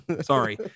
sorry